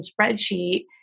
spreadsheet